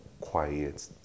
quiet